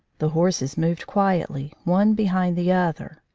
the horses moved quietly, one behind the other.